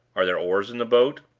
are there oars in the boat?